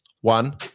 One